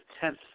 tenth